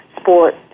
sport